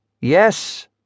Yes